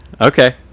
Okay